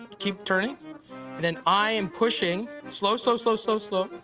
keep turning. and then, i am pushing and slow, so slow, slow, slow,